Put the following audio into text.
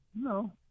No